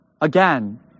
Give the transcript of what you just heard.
Again